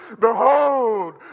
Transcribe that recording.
Behold